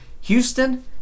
Houston